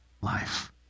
life